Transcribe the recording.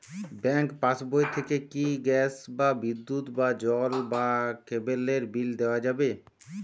Bank পাশবই থেকে কি গ্যাস বা বিদ্যুৎ বা জল বা কেবেলর বিল দেওয়া যাবে?